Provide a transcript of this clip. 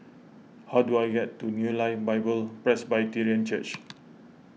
how do I get to New Life Bible Presbyterian Church